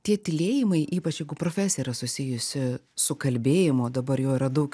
tie tylėjimai ypač jeigu profesija yra susijusi su kalbėjimu o dabar jo yra daug